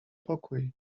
pokój